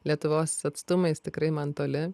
lietuvos atstumais tikrai man toli